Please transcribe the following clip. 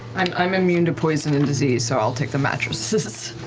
i'm i'm immune to poison and disease, so i'll take the mattresses